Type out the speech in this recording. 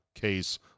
case